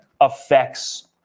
affects